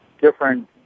different